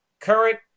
current